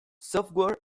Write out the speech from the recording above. software